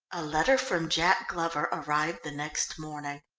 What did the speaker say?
a letter from jack glover arrived the next morning.